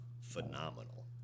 phenomenal